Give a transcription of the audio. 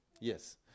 Yes